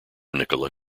nikola